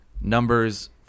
numbers